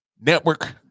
Network